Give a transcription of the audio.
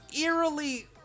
eerily